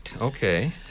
Okay